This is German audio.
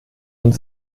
und